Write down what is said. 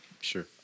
Sure